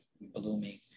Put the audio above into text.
blooming